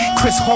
Chris